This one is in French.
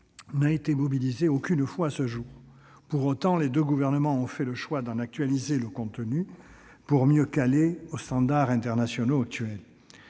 été mise en oeuvre à ce jour. Pour autant, les deux gouvernements ont fait le choix d'en actualiser le contenu pour mieux « coller » aux standards internationaux.